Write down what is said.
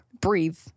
Breathe